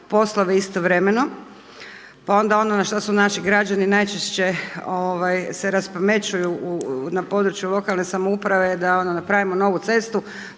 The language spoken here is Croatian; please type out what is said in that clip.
poslove istovremeno. Pa onda ono na što su naši građani najčešće se raspamećuju na području lokalne samouprave da ona napravimo novu cestu